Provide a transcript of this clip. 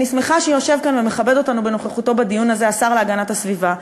אני שמחה שיושב כאן ומכבד אותנו בנוכחותו בדיון הזה השר להגנת הסביבה,